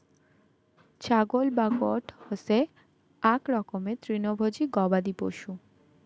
ছাগল বা গোট হসে আক রকমের তৃণভোজী গবাদি পশু